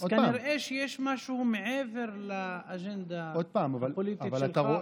אז כנראה שיש משהו מעבר לאג'נדה הפוליטית שלך,